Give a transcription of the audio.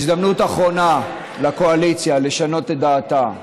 הזדמנות אחרונה לקואליציה לשנות את דעתה.